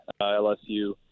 LSU